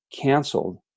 canceled